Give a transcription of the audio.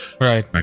Right